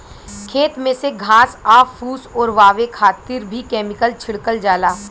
खेत में से घास आ फूस ओरवावे खातिर भी केमिकल छिड़कल जाला